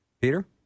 Peter